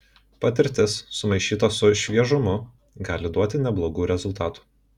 patirtis sumaišyta su šviežumu gali duoti neblogų rezultatų